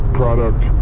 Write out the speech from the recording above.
product